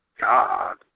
God